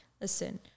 Listen